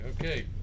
Okay